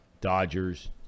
Dodgers